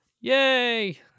Yay